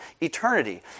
eternity